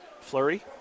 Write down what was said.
Flurry